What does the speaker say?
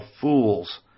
fools